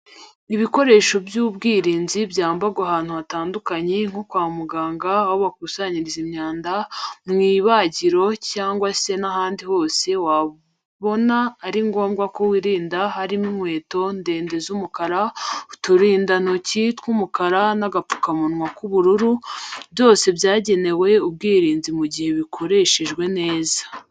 Ibikoresho by'ubwirinzi byambarwa ahantu hatandukanye nko kwa muganga, aho bakusanyiriza imyanda, mu ibagiro, cyangwa se n'ahandi hose wabona ari ngombwa ko wirinda harimo inkweto ndende z'umukara, uturindantoki tw'umukara n'agapfukamunwa k'ubururu, byose byagenewe ubwirinzi mu gihe bikoreshejwe neza.